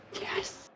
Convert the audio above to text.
Yes